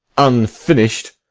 unfinish'd,